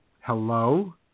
hello